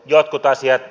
jotkut asiat